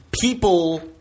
people